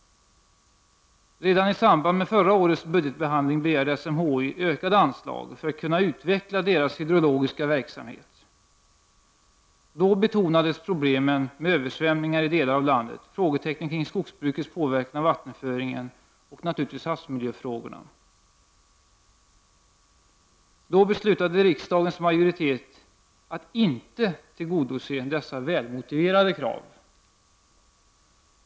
Redan i samband med förra årets budgetbehandling begärde SMHI ökade anslag för att kunna utveckla sin hydrologiska verksamhet. Då betonades problemet med översvämningar i delar av landet, frågetecknen kring skogs brukets påverkan av vattenföringen och naturligtvis havsmiljöfrågorna. Då beslutade riksdagens majoritet att inte tillgodose SMHI:s välmotiverade krav.